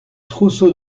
trousseau